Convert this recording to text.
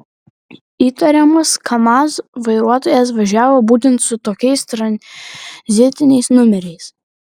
įtariamas kamaz vairuotojas važiavo būtent su tokiais tranzitiniais numeriais